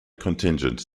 contingent